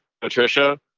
Patricia